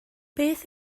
beth